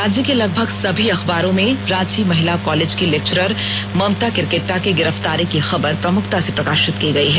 राज्य के लगभग सभी अखबारों में रांची महिला कॉलेज की लेक्चरर ममता केरकेट्टा की गिरफ्तारी की खबर प्रमुखता से प्रकाशित की गई है